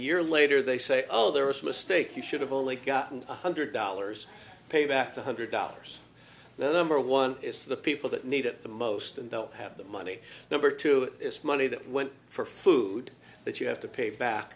year later they say oh there was a mistake you should have only gotten one hundred dollars paid back the hundred dollars number one it's the people that need it the most and don't have the money number two it's money that went for food that you have to pay back